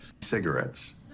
Cigarettes